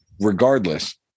regardless